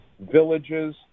villages